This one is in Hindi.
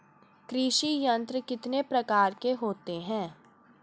कृषि यंत्र कितने प्रकार के होते हैं?